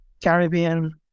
Caribbean